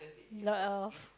lot of